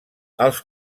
als